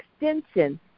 extension